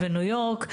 בניו יורק,